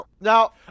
Now